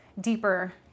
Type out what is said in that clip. deeper